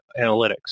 analytics